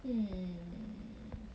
hmm